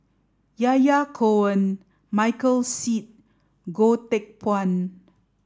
Yahya Cohen Michael Seet Goh Teck Phuan